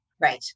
Right